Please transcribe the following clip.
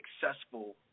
successful